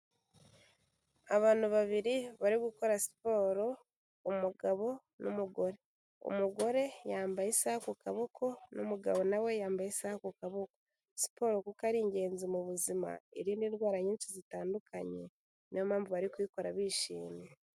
Abantu babiri bari gukora siporo umugabo n'umugore. Umugore yambaye isaha ku kaboko n'umugabo nawe yambaye isaha ku kaboko, siporo kuko ari ingenzi mu buzima iri ni indwara nyinshi zitandukanye niyo mpamvu bari kubikora bishimye.